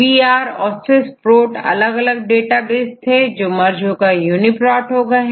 PIRऔरSWISS PORT अलग अलग database थे जो आप मर्ज हो करUniProt हो गए हैं